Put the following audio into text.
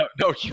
No